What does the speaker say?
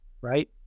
right